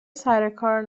سرکار